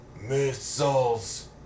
Missiles